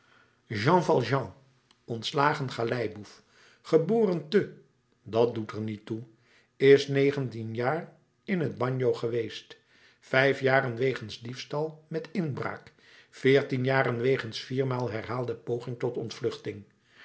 jean valjean ontslagen galeiboef geboren te dat doet er niet toe is negentien jaar in het bagno geweest vijf jaren wegens diefstal met inbraak veertien jaren wegens viermaal herhaalde poging tot